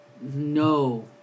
no